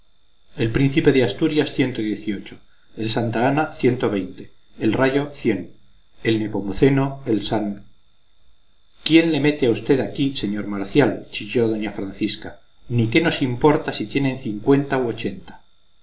el príncipe de asturias el santa ana el rayo el nepomuceno el san quién le mete a usted aquí sr marcial chilló doña francisca ni qué nos importa si tienen cincuenta u ochenta